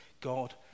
God